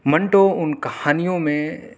منٹو ان کہانیوں میں